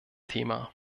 thema